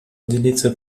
делиться